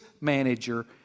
manager